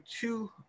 two